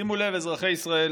שימו לב, אזרחי ישראל,